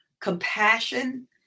Compassion